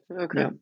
okay